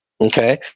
okay